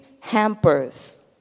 hampers